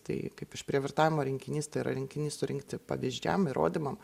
tai kaip išprievartavimo rinkinys tai yra rinkinys surinkti pavyzdžiam įrodymam